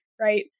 right